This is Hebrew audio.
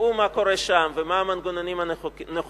יראו מה קורה שם ומה המנגנונים הנכונים,